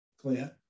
Clint